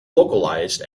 localized